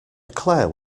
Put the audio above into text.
claire